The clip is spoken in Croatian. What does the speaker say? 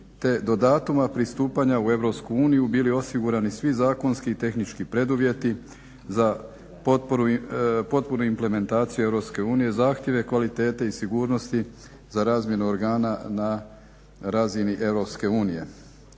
do datuma pristupanja u EU bili osigurani svi zakonski i tehnički preduvjeti za potpunu implementaciju EU, zahtjeve kvalitete i sigurnosti za razmjenu organa na razini EU.